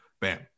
Bam